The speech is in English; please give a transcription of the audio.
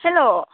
hello